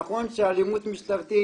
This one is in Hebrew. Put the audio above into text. נכון שאלימות משטרתית,